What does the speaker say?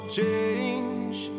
change